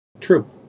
True